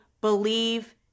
believe